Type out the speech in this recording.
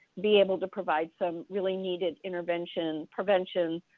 be able to provide some really needed intervention, prevention,